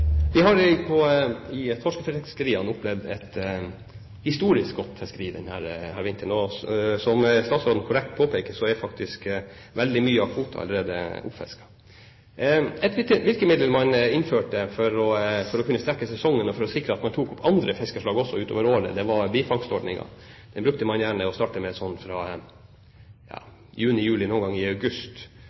Vi har i torskefiskeriene opplevd et historisk godt fiske denne vinteren. Som statsråden korrekt påpeker, er faktisk veldig mye av kvoten allerede oppfisket. Et virkemiddel man innførte for å kunne strekke sesongen og for å sikre at man også tok opp andre fiskeslag utover året, var bifangstordningen. Den brukte man gjerne å starte med sånn fra juni–juli, noen ganger i august,